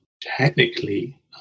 technically